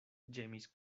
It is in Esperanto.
ĝemis